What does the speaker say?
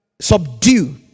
Subdue